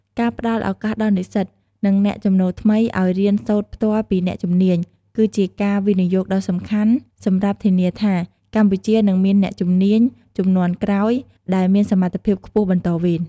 ការផ្តល់ឱកាសដល់និស្សិត និងអ្នកចំណូលថ្មីឱ្យរៀនសូត្រផ្ទាល់ពីអ្នកជំនាញ គឺជាការវិនិយោគដ៏សំខាន់សម្រាប់ធានាថា កម្ពុជានឹងមានអ្នកជំនាញជំនាន់ក្រោយដែលមានសមត្ថភាពខ្ពស់បន្តវេន។